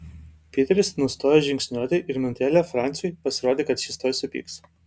piteris nustojo žingsniuoti ir minutėlę franciui pasirodė kad šis tuoj supyks